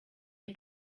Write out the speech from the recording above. nie